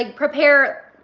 ah prepare,